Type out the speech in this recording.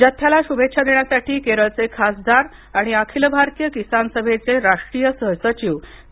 जथ्याला शुभेच्छा देण्यासाठी केरळचे खासदार आणि अखिल भारतीय किसान सभेचे राष्ट्रीय सहसचिव के